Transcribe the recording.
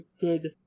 good